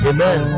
Amen